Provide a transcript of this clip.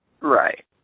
Right